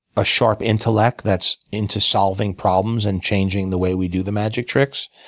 a sharp intellect that's into solving problems and changing the way we do the magic tricks.